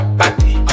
party